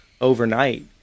overnight